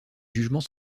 jugements